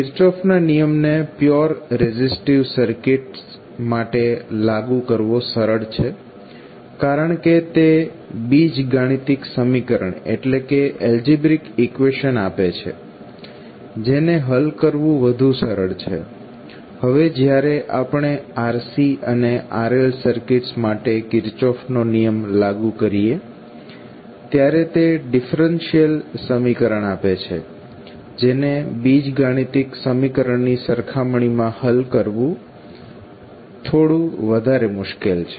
Kirchhoff ના નિયમ ને પ્યોર રેઝીસ્ટિવ સર્કિટ્સ માટે લાગુ કરવો સરળ છે કારણકે તે બીજગાણિતિક સમીકરણ આપે છે જેને હલ કરવું વધુ સરળ છે હવે જ્યારે આપણે RC અને RL સર્કિટ્સ માટે કિર્ચોફ નો નિયમ લાગુ કરીએ ત્યારે તે ડિફરેન્શિયલ સમીકરણ આપે છે જેને બીજગાણિતિક સમીકરણ ની સરખામણી માં હલ કરવું થોડું વધારે મુશ્કેલ છે